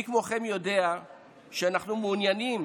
מי כמוכם יודע שאנחנו מעוניינים